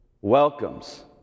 welcomes